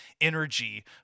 energy